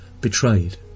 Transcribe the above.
betrayed